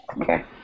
Okay